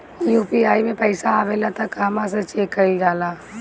UPI मे पइसा आबेला त कहवा से चेक कईल जाला?